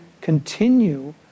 continue